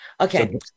Okay